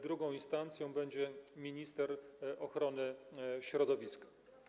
Drugą instancją będzie minister ochrony środowiska.